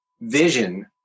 vision